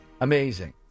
Amazing